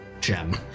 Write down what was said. gem